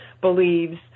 believes